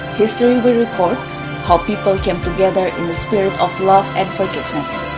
history will report how people came together in the spirit of love and forgiveness,